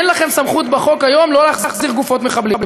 אין לכם סמכות בחוק היום לא להחזיר גופות מחבלים.